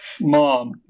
Mom